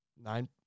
Nine